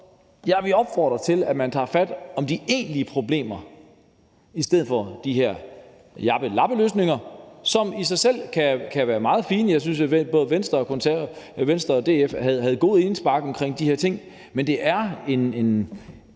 vil opfordre til, at man tager fat om de egentlige problemer i stedet for de her jappelappeløsninger, som i sig selv kan være meget fine. Jeg synes, at både Venstre og DF have gode indspark omkring de her ting, men det er sådan